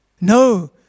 No